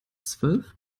zwölf